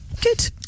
Good